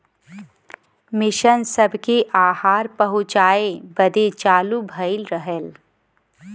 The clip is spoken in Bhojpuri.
मिसन सबके आहार पहुचाए बदे चालू भइल रहल